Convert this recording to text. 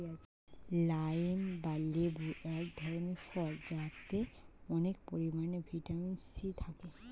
lime বা লেবু এক ধরনের ফল যাতে অনেক পরিমাণে ভিটামিন সি থাকে